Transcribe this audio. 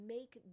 Make